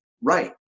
right